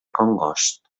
congost